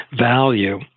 value